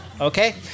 Okay